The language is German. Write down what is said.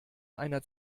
einer